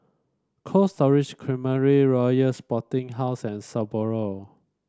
Cold Stone Creamery Royal Sporting House and Sapporo